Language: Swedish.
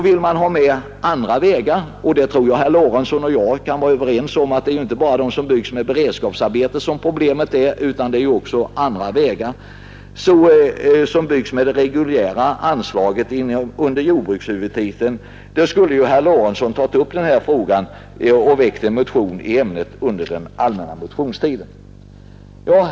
Vill man ha med även vägar som byggs med bidrag från det reguljära anslaget under jordbrukshuvudtiteln — och jag är överens med herr Lorentzon om att problemet gäller också sådana vägar — skulle herr Lorentzon ha väckt en motion i ämnet under allmänna motionstiden.